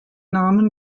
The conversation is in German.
namen